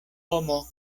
homo